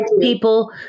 people